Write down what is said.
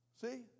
See